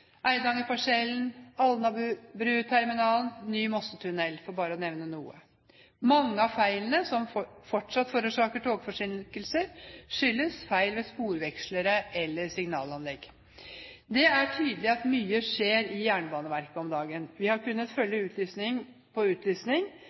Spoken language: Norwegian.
Alnabruterminalen og ny Mossetunnel – bare for å nevne noen. Mange av feilene som fortsatt forårsaker togforsinkelser, skyldes feil ved sporvekslere eller signalanlegg. Det er tydelig at mye skjer i Jernbaneverket om dagen. Vi har kunnet